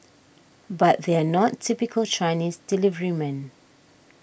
but they're not typical Chinese deliverymen